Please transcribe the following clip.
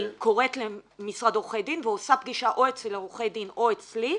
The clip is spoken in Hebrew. אני קוראת למשרד עורכי דין ומקיימת פגישה או אצל עורכי הדין או אצלי,